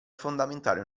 fondamentale